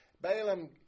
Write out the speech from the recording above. Balaam